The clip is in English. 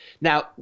Now